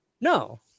No